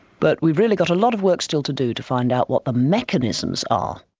but we've really got a lot of work still to do to find out what the mechanisms are.